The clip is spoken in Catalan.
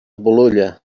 bolulla